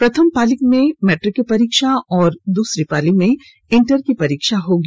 प्रथम पाली में मैट्रिक की परीक्षा और दूसरी पाली में इंटर की परीक्षा होगी